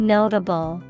Notable